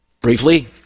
briefly